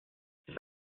c’est